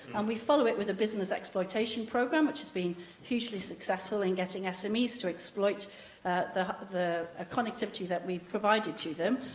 and we follow it with a business exploitation programme, which has been hugely successful in getting smes i mean to exploit the the ah connectivity that we've provided to them.